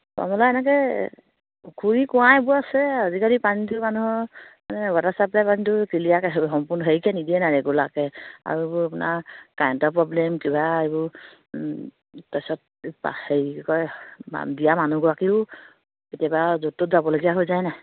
এনেকৈ পুখুৰী কুৱা এইবোৰ আছে আজিকালি পানীটো মানুহৰ মানে ৱাটাৰ চাপ্লাই পানীটো ক্লিয়াকৈ সম্পূৰ্ণ হেৰিকে নিদিয়ে নাই ৰেগুলাৰাকৈ আৰু আপোনাৰ কাৰেণ্টৰ প্ৰব্লেম কিবা এইবোৰ তাৰ পিছত হেৰি কি কয় দিয়া মানুহগৰাকীও কেতিয়াবা য'ত ত'ত যাবলগীয়া হৈ যায় নাই